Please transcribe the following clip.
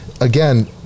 again